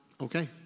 okay